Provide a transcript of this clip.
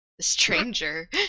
Stranger